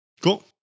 Cool